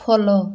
follow